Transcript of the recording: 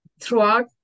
throughout